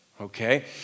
okay